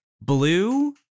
Blue